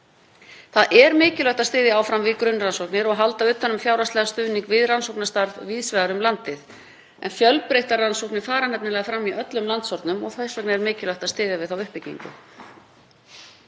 Það er mikilvægt að styðja áfram við grunnrannsóknir og halda utan um fjárhagslegan stuðning við rannsóknastarf víðs vegar um landið, en fjölbreyttar rannsóknir fara nefnilega fram í öllum landshornum og mikilvægt að styðja áfram við slíka uppbyggingu.